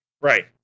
Right